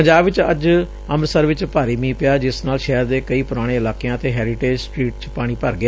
ਪੰਜਾਬ ਚ ਅੱਜ ਅੰਮਿਤਸਰ ਵਿਚ ਭਾਰੀ ਮੀਂਹ ਪਿਆ ਜਿਸ ਨਾਲ ਸ਼ਹਿਰ ਦੇ ਕਈ ਪੁਰਾਣੇ ਇਲਾਕਿਆਂ ਅਤੇ ਹੈਰੀਟੇਜ ਸਟਰੀਟ ਚ ਪਾਣੀ ਭਰ ਗਿਆ